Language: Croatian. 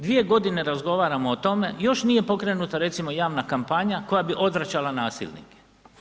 Dvije godine razgovaramo o tome još nije pokrenuta recimo javna kampanja koja bi odvraćala nasilnike.